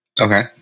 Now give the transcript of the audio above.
Okay